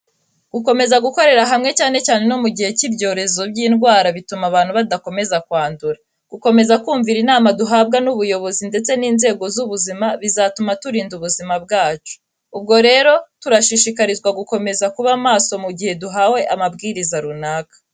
Gukomeza gukorera hamwe, cyane cyane no mu gihe cy'ibyorezo by'indwara, bituma abantu badakomeza kwandura. Gukomeza kumvira inama duhabwa n'ubuyobozi ndetse n'inzego z'ubuzima bizatuma turinda ubuzima bwacu. Ubwo rero, turashishikarizwa gukomeza kuba maso mu gihe duhawe amabwiriza runaka.